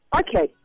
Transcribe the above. okay